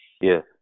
Yes